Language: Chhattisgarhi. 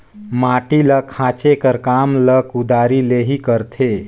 माटी ल खाचे कर काम ल कुदारी ले ही करथे